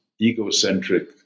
egocentric